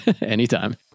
Anytime